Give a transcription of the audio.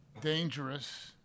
dangerous